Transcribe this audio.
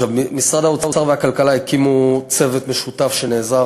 משרד האוצר ומשרד הכלכלה הקימו צוות משותף שנעזר